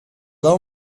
low